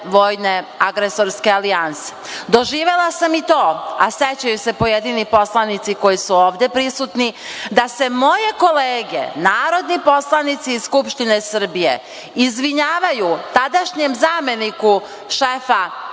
vojne agresorske alijanse. Doživela sam i to, a sećaju se pojedini poslanici koji su ovde prisutni, da se moje kolege, narodni poslanici iz Skupštine Srbije, izvinjavaju tadašnjem zameniku šefa